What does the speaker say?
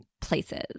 places